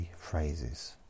phrases